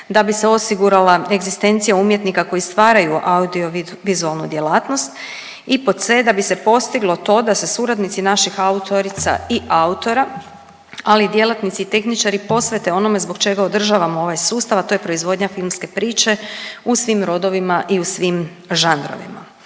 da bi se osigurala egzistencija umjetnika koji stvaraju audiovizualnu djelatnost i pod c) da bi se postiglo to da se suradnici naših autorica i autora, ali i djelatnici i tehničari posvete onome zbog čega održavamo ovaj sustav, a to je proizvodnja filmske priče u svim rodovima i u svim žanrovima.